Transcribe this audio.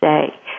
today